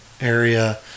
area